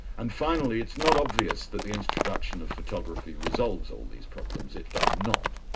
and finally, it's not obvious that the introduction of photography resolves all these problems it does not.